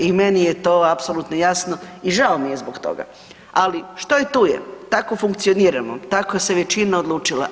I meni je to apsolutno jasno i žao mi je zbog toga, ali što je tu je, tako funkcioniramo, tako se većina odlučila.